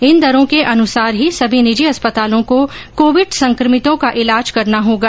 इन दरों के अनुसार ही सभी निजी अस्पतालों को कोविड संक्रमितों का इलाज करना होगा